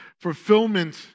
fulfillment